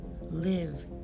live